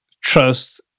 trust